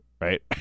Right